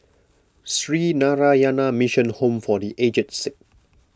Sree Narayana Mission Home for the Aged Sick